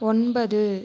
ஒன்பது